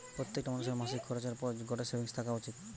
প্রত্যেকটা মানুষের মাসিক খরচের পর গটে সেভিংস থাকা উচিত